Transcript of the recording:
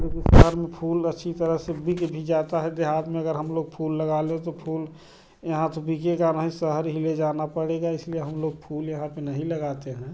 लेकिन शहर में फूल अच्छी तरह से बिक भी जाता है देहात में अगर हम लोग फूल लगा लो तो फूल यहाँ तो बिकेगा नहीं शहर ही ले जाना पड़ेगा इसलिए हम लोग फूल यहाँ पर नहीं लगाते हैं